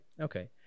okay